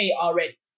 already